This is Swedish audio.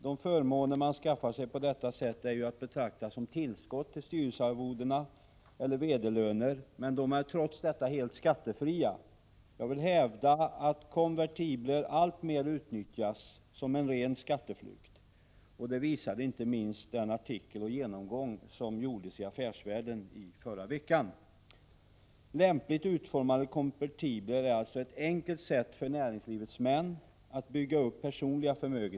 De förmåner som man på detta sätt skaffar sig är ju att betrakta som ett tillskott till styrelsearvoden eller vederlag. De är dock helt skattefria. Jag hävdar att konvertibler alltmer utnyttjas som en ren skatteflykt. Det framgår inte minst av den artikel i detta sammanhang som fanns i tidningen Affärsvärlden förra veckan. Genom lämpligt utformade konvertibler kan alltså näringslivets män på ett enkelt sätt bygga upp personliga förmögenheter.